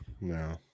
no